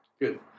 Good